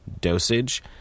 dosage